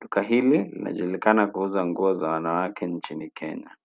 Duka hili linajulikana kuuza nguo za wanawake nchini Kenya.